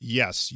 yes